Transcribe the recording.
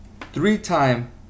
Three-time